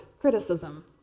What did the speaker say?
criticism